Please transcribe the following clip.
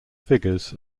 figures